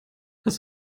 hast